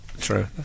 true